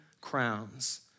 crowns